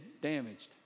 damaged